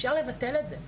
אפשר לבטל את זה,